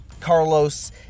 Carlos